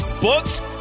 books